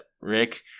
Rick